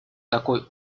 такой